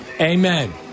Amen